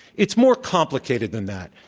it's more complicated than that.